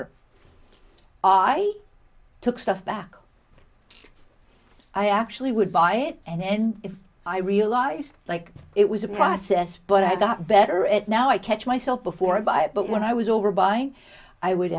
buyer i took stuff back i actually would buy it and if i realized like it was a process but i got better at now i catch myself before i buy it but when i was over by i would